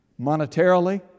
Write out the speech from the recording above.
monetarily